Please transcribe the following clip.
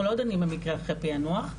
אנחנו לא דנים במקרה אחרי פענוח.